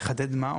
לחדד מה?